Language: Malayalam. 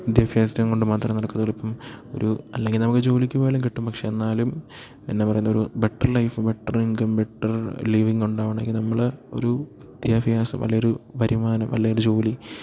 വിദ്യാഭ്യാസംകൊണ്ട് മാത്രം നടക്കൂ അത് എളുപ്പം ഒരു അല്ലെങ്കിൽ നമുക്ക് ജോലിക്ക് പോയാലും കിട്ടും പക്ഷെ എന്നാലും എന്നാ പറയുന്നത് ഒരു better life better income better living ഉണ്ടാവണമെങ്കിൽ നമ്മൾ ഒരു വിദ്യാഭ്യാസം അല്ലെ ഒരു വരുമാനം അല്ലെ ഒരു ജോലി